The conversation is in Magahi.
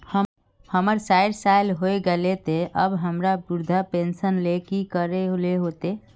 हमर सायट साल होय गले ते अब हमरा वृद्धा पेंशन ले की करे ले होते?